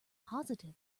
positive